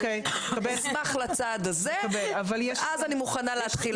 אני אשמח לצעד הזה ואז אני מוכנה להתחיל.